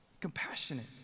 compassionate